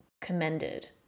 commended